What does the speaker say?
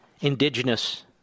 indigenous